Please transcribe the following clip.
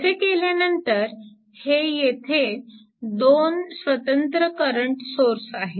तसे केल्यानंतर हे येथे दोन स्वतंत्र करंट सोर्स आहेत